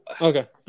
Okay